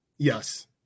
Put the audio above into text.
Yes